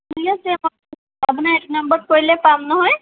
ঠিক আছে আপোনাক এইটো নাম্বাৰত কৰিলে পাম নহয়